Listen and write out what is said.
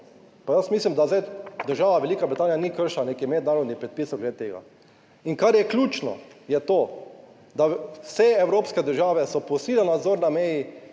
pa jaz mislim, da zdaj država Velika Britanija ni kršila nekih mednarodnih predpisov glede tega. In kar je ključno, je to, da vse evropske države so poostrile nadzor na meji,